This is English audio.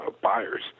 buyers